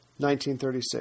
1936